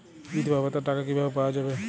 বিধবা ভাতার টাকা কিভাবে পাওয়া যাবে?